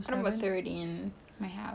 what about thirteen my house